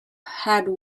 had